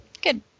Good